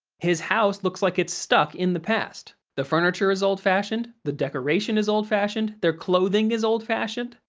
his house looks like it's stuck in the past the furniture is old-fashioned, the decoration is old-fashioned, their clothing is old-fashioned,